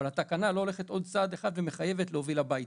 אבל התקנה לא הולכת עוד צעד אחד ומחייבת להוביל לבית.